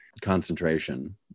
concentration